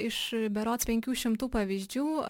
iš berods penkių šimtų pavyzdžių